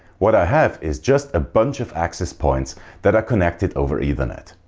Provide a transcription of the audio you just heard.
what i have is just a bunch of access points that are connected over ethernet.